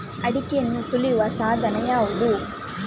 ಅಡಿಕೆಯನ್ನು ಸುಲಿಯುವ ಸಾಧನ ಯಾವುದು?